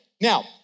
Now